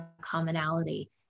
commonality